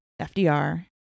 FDR